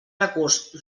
recurs